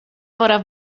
pora